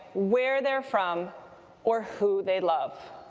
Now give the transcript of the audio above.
where they're from or who they love.